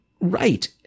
right